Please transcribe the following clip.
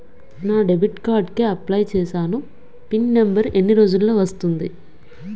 నా debit card కి apply చూసాను పిన్ నంబర్ ఎన్ని రోజుల్లో వస్తుంది?